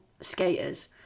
skaters